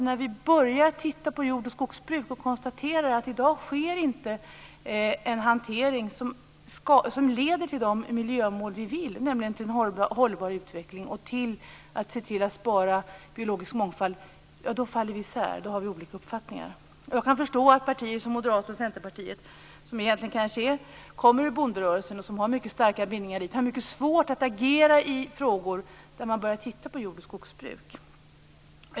När vi börjar att titta på jord och skogsbruk kan vi konstatera att det i dag inte sker en hantering som leder fram till våra miljömål, nämligen till en hållbar utveckling och sparande av biologisk mångfald. Då faller partierna isär och har olika uppfattningar. Jag kan förstå att moderaterna och Centerpartiet, som egentligen har rötter i bonderörelsen och mycket starka bindningar dit, har mycket svårt att agera i frågor där man börjar titta på jord och skogsbruk.